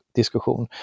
diskussion